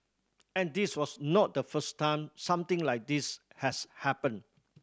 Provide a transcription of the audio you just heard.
and this was not the first time something like this has happened